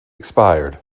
expired